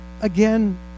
again